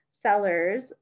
sellers